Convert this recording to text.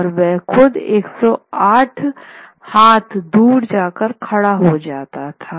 और वह खुद 108 हाथ दूर जाकर खड़ा हो जाता था